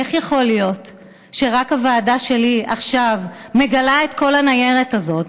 איך יכול להיות שרק הוועדה שלי עכשיו מגלה את כל הניירת הזאת?